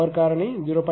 காரணி 0